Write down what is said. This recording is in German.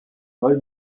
neu